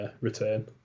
return